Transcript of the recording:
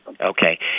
Okay